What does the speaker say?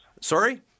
Sorry